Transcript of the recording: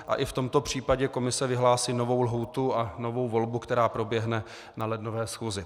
I v tomto případě komise vyhlásí novou lhůtu a novou volbu, která proběhne na lednové schůzi.